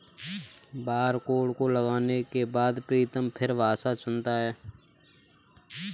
barcode को लगाने के बाद प्रीतम फिर भाषा चुनता है